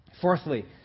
Fourthly